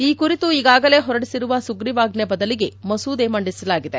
ಈ ಕುರಿತು ಈಗಾಗಲೇ ಹೊರಡಿಸಿರುವ ಸುಗ್ರಿವಾಜ್ವೆಯ ಬದಲಿಗೆ ಮಸೂದೆಯನ್ನು ಮಂಡಿಸಲಾಗಿದೆ